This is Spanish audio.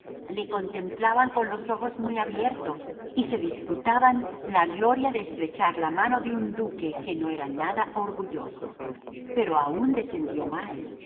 le contemplaban con los ojos muy abiertos y se disputaban la gloria de estrechar la mano de un duque que no era nada orgulloso pero aun descendió más